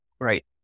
Right